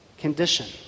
condition